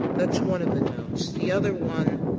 that's one of the notes. the other one,